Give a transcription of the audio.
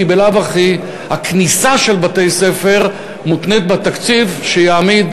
כי בלאו הכי הכניסה של בתי-ספר מותנית בתקציב שיעמיד